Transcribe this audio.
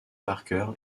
parker